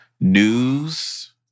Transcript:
news